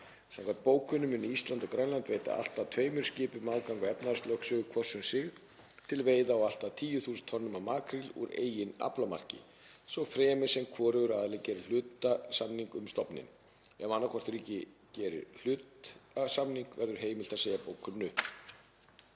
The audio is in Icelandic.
Samkvæmt bókuninni munu Ísland og Grænland veita allt að tveimur skipum aðgang að efnahagslögsögu hvors um sig til veiða á allt að 10.000 tonnum af makríl úr eigin aflamarki, svo fremi sem hvorugur aðili geri hlutasamning um stofninn. Ef annaðhvort ríki gerir hlutasamning er heimilt að segja bókuninni